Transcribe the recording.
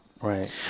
Right